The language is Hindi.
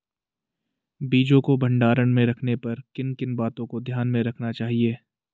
बीजों को भंडारण में रखने पर किन किन बातों को ध्यान में रखना चाहिए?